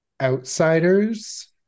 Outsiders